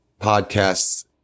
podcasts